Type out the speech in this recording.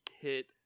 hit